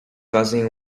fazem